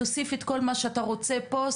תוסיף את כל מה שאתה רוצה פה,